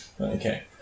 Okay